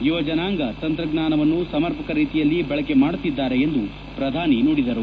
ಯುವಜನಾಂಗ ತಂತ್ರಜ್ಞಾನವನ್ನು ಸಮರ್ಪಕ ರೀತಿಯಲ್ಲಿ ಬಳಕೆ ಮಾಡುತ್ತಿದ್ದಾರೆ ಎಂದು ಪ್ರಧಾನಿ ನುಡಿದರು